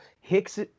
Hicks